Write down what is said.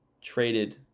traded